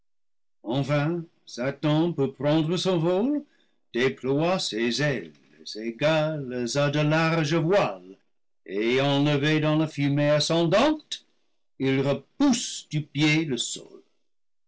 satan pour prendre son vol déploie ses ailes égales à de larges voiles et enlevé dans la fumée ascendante il repousse du pied le sol